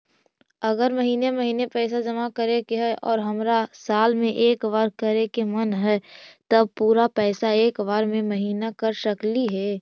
अगर महिने महिने पैसा जमा करे के है और हमरा साल में एक बार करे के मन हैं तब पुरा पैसा एक बार में महिना कर सकली हे?